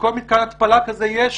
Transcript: בכל מתקן התפלה כזה יש